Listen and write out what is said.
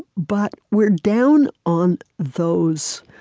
but we're down on those